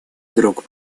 друг